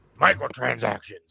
Microtransactions